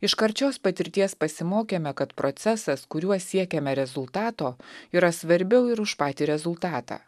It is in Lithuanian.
iš karčios patirties pasimokėme kad procesas kuriuo siekiame rezultato yra svarbiau ir už patį rezultatą